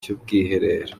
cy’ubwiherero